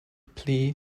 plea